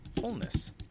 fullness